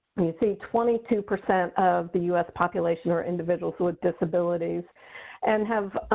you see twenty two percent of the u s. population are individuals with disabilities and have